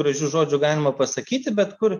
gražių žodžių galima pasakyti bet kur